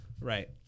Right